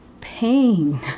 pain